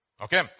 Okay